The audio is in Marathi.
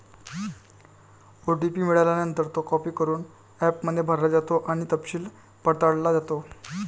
ओ.टी.पी मिळाल्यानंतर, तो कॉपी करून ॲपमध्ये भरला जातो आणि तपशील पडताळला जातो